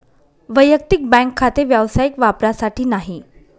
वैयक्तिक बँक खाते व्यावसायिक वापरासाठी नाही